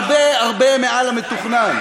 הרבה הרבה מעל למתוכנן.